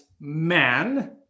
man